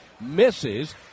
Misses